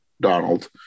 donald